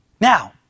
Now